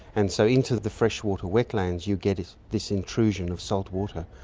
and so into the freshwater wetlands you get this intrusion of salt water,